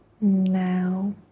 Now